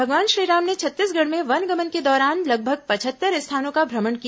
भगवान श्रीराम ने छत्तीसगढ़ में वनगमन के दौरान लगभग पचहत्तर स्थानों का भ्रमण किया